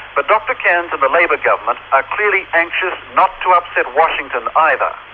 but dr cairns and the labor government are clearly anxious not to upset washington, either.